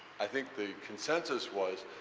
i think, the consensus was,